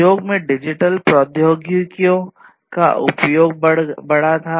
उद्योग में डिजिटल प्रौद्योगिकियों का उपयोग बढ़ा था